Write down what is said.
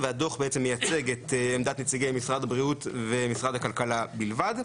והדוח מייצג את עמדת נציגי משרד הבריאות ומשרד הכלכלה בלבד.